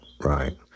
Right